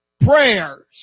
prayers